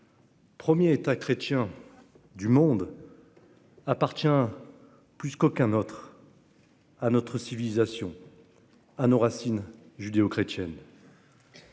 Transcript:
premier État chrétien du monde, appartient plus qu'aucun autre à notre civilisation et partage nos racines judéo-chrétiennes.